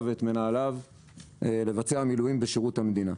ואת מנהליו לבצע מילואים בשירות המדינה.